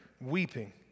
weeping